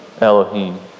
Elohim